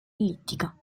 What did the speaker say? ellittica